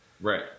Right